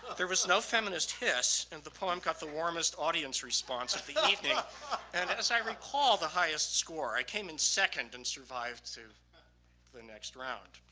ah there was no feminist hiss and the poem got the warmest audience response of the evening and as i recall, the highest score. i came in second and survived through the next round.